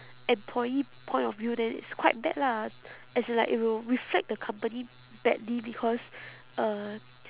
employee point of view then it's quite bad lah as in like it will reflect the company badly because uh